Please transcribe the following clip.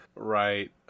Right